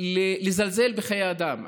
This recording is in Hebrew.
לזלזל בחיי אדם?